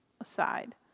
aside